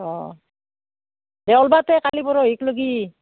অঁ দে ওলাবা তে কালি পৰহিলৈকে